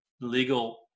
legal